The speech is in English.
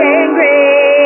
angry